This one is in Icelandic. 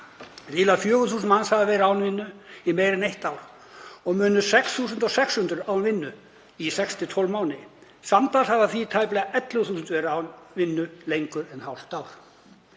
Ríflega 4.000 manns hafa verið án vinnu í meira en eitt ár og 6.600 án vinnu í 6–12 mánuði. Samtals hafa því tæplega 11.000 verið án vinnu lengur en hálft ár.